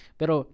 pero